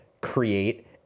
create